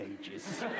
ages